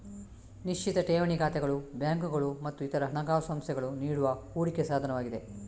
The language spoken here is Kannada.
ನಿಶ್ಚಿತ ಠೇವಣಿ ಖಾತೆಗಳು ಬ್ಯಾಂಕುಗಳು ಮತ್ತು ಇತರ ಹಣಕಾಸು ಸಂಸ್ಥೆಗಳು ನೀಡುವ ಹೂಡಿಕೆ ಸಾಧನವಾಗಿದೆ